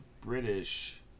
British